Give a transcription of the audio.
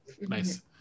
Nice